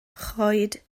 choed